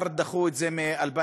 דחו את זה כבר מ-2009.